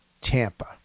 Tampa